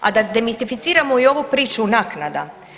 A da demistificiramo i ovu priču naknada.